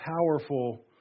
powerful